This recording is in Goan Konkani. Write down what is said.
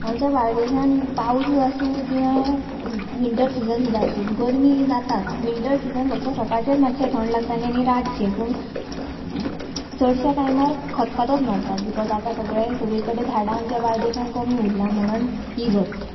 आमच्या बार्देशांत पावस आसूं किवा विन्टर सिझन सुद्दां आसूं गर्मी जाता विन्टर सिझन फक्त सकाळचेंच मातशें थंड लागता आनी रातचें पूण चडश्या टायमार खतखतोच मारता बिकोज आतां सगळे सगळे कडेन झाडां आमच्या बार्देशांत कमी उरलां म्हणून ही गत